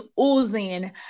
oozing